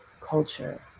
culture